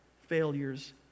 failures